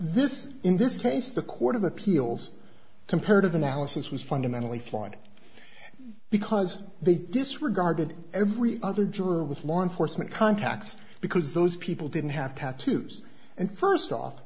this in this case the court of appeals comparative analysis was fundamentally flawed because they disregarded every other juror with law enforcement contacts because those people didn't have tattoos and first off